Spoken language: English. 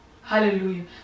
Hallelujah